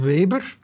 Weber